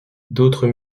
d’autres